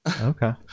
Okay